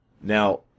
Now